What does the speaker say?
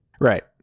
Right